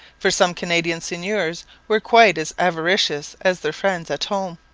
for some canadian seigneurs were quite as avaricious as their friends at home.